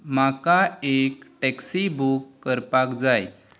म्हाका एक taxi book करपाक जाय